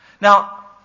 Now